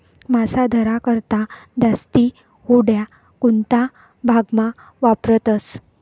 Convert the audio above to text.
मासा धरा करता जास्ती होड्या कोणता भागमा वापरतस